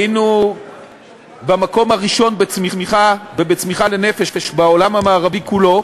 היינו במקום הראשון בצמיחה ובצמיחה לנפש בעולם המערבי כולו,